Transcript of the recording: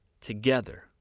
together